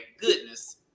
goodness